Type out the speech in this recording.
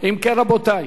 רבותי,